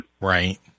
Right